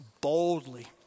boldly